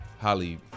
Holly